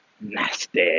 NASTY